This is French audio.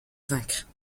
vaincre